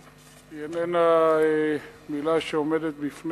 היא איננה מלה שעומדת בפני עצמה.